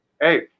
Hey